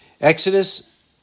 Exodus